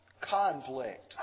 conflict